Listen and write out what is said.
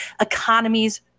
Economies